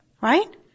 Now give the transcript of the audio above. Right